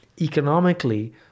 economically